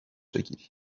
بگیری